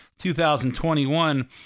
2021